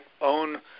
own